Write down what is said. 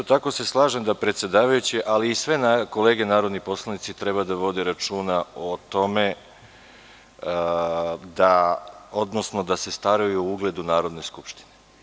Isto tako se slažem da predsedavajući, ali i sve kolege narodni poslanici, treba da vode računa o tome odnosno da se staraju o ugledu Narodne skupštine.